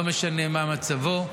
לא משנה מה מצבו,